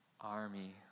army